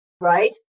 right